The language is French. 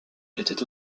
étaient